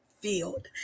field